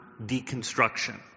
deconstruction